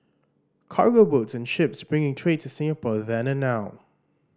cargo boats and ships bringing trade to Singapore then and now